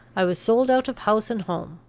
i was sold out of house and home.